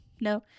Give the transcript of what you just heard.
no